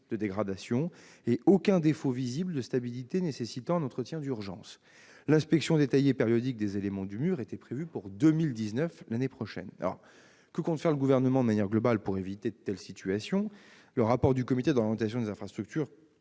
de dégradation et aucun défaut visible de stabilité nécessitant un entretien d'urgence. L'inspection détaillée périodique des éléments du mur était prévue pour 2019. Que compte faire le Gouvernement pour éviter de telles situations ? Le rapport du Comité d'orientation des infrastructures,